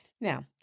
Now